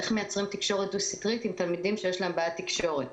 איך מיצרים תקשורת דו-סטרית עם תלמידים שיש להם בעיית תקשורת?